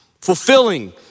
fulfilling